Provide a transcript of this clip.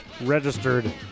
registered